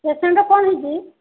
ପେସେଣ୍ଟ୍ର କ'ଣ ହେଇଛି